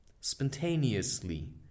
spontaneously